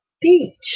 beach